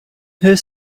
her